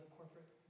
corporate